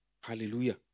Hallelujah